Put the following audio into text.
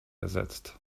ersetzt